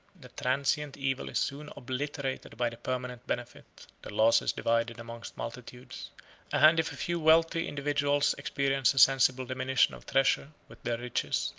the transient evil is soon obliterated by the permanent benefit, the loss is divided among multitudes and if a few wealthy individuals experience a sensible diminution of treasure, with their riches,